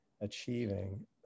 achieving